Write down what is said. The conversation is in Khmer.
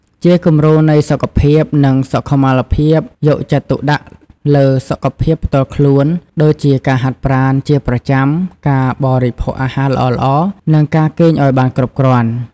ជាគំរូនៃសុខភាព និងសុខុមាលភាពយកចិត្តទុកដាក់លើ សុខភាពផ្ទាល់ខ្លួន ដូចជាការហាត់ប្រាណជាប្រចាំ ការបរិភោគអាហារល្អៗ និងការគេងឱ្យបានគ្រប់គ្រាន់ ។